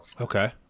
okay